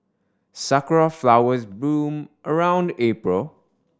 sakura flowers bloom around April